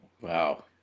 Wow